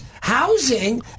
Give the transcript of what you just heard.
housing